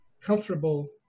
comfortable